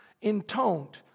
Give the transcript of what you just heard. intoned